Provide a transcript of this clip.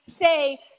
say